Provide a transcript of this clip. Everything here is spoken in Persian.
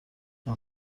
این